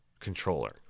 Controller